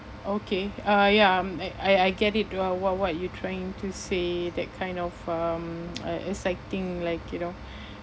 okay uh ya I'm I I get it wh~ what what you're trying to say that kind of um uh exciting like you know